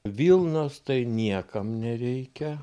vilnos tai niekam nereikia